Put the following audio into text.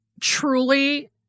truly